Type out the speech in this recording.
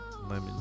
lemon